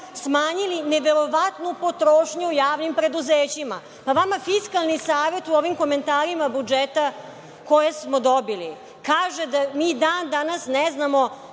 smanjili neverovatnu potrošnju u javnim preduzećima. Pa, vama Fiskalni savet u ovim komentarima budžeta, koje smo dobili, kaže da mi dan danas ne znamo